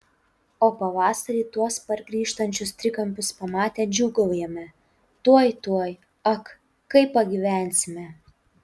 o pavasarį tuos pargrįžtančius trikampius pamatę džiūgaujame tuoj tuoj ak kaip pagyvensime